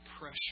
pressure